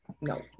No